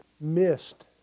missed